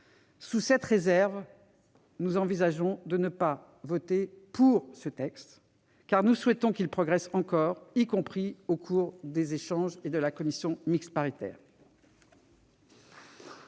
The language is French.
soient écartés, nous envisageons de ne pas voter pour ce texte, car nous souhaitons qu'il progresse encore, dans le cadre des échanges au sein de la commission mixte paritaire